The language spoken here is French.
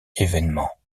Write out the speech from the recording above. événement